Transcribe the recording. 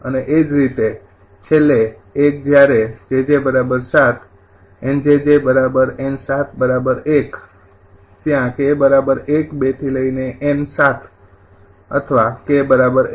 અને એ જ રીતે છેલ્લે એક જ્યારે 𝑗𝑗 ૭ 𝑁𝑗𝑗 𝑁૭ ૧ 𝑘 ૧૨𝑁૭ અથવા 𝑘 ૧